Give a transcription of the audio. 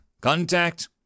Contact